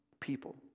people